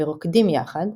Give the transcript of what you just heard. ורוקדים יחד,